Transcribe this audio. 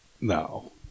No